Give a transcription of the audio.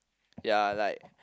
ya like